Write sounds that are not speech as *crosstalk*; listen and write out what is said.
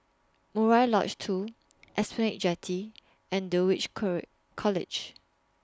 Murai Lodge two Esplanade Jetty and Dulwich *unintelligible* College